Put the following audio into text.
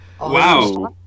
Wow